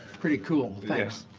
pretty cool, thanks.